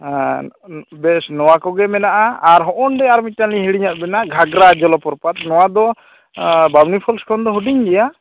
ᱵᱮᱥ ᱱᱚᱣᱟ ᱠᱚᱜᱮ ᱢᱮᱱᱟᱜᱼᱟ ᱟᱨ ᱦᱚᱜ ᱚᱸᱰᱮ ᱟᱨ ᱢᱤᱫᱴᱮᱱ ᱦᱤᱲᱤᱧ ᱮᱫ ᱵᱮᱱᱟ ᱜᱷᱟᱜᱨᱟ ᱡᱚᱞᱚ ᱯᱨᱚᱯᱟᱛ ᱱᱚᱣᱟ ᱫᱚ ᱵᱟᱢᱱᱤ ᱯᱷᱚᱱᱥᱴ ᱠᱷᱚᱱ ᱫᱚ ᱦᱩᱰᱤᱧ ᱜᱮᱭᱟ